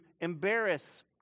embarrass